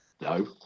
No